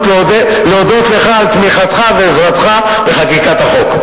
להודות לך על תמיכתך ועזרתך בחקיקת החוק.